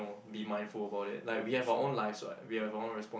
know be mindful about it like we have our own lives [what] we have our own respon~